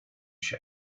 się